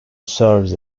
serves